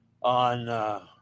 on